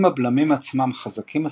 אם הבלמים עצמם חזקים מספיק,